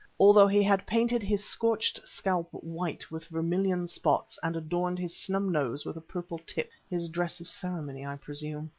although he had painted his scorched scalp white with vermillion spots and adorned his snub nose with a purple tip, his dress of ceremony i presume.